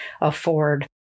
afford